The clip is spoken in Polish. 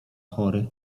chory